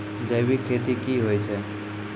जैविक खेती की होय छै?